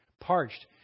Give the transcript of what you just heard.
parched